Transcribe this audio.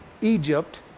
Egypt